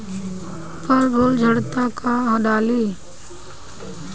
फल फूल झड़ता का डाली?